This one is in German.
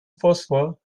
phosphor